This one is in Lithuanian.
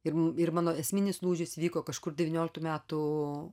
ir ir mano esminis lūžis įvyko kažkur devynioliktų metų